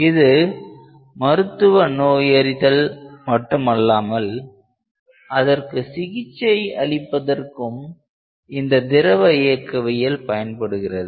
இது மருத்துவ நோயறிதல் மட்டுமல்லாமல் அதற்கு சிகிச்சை அளிப்பதற்கும் இந்த திரவ இயக்கவியல் பயன்படுகிறது